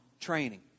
training